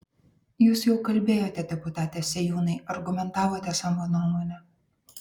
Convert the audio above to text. jūs jau kalbėjote deputate sėjūnai argumentavote savo nuomonę